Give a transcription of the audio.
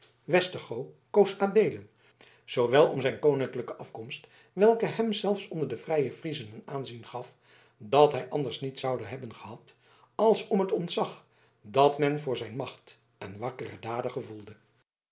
westergoo koos adeelen zoowel om zijn koninklijke afkomst welke hem zelfs onder de vrije friezen een aanzien gaf dat hij anders niet zoude hebben gehad als om het ontzag dat men voor zijn macht en wakkere daden gevoelde